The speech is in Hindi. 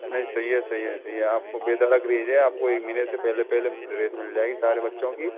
नहीं सही है सही है सही है आपको बेधड़क रहिए आपको एक महीने से पहले पहले ड्रेस मिल जाएगी सारे बच्चों की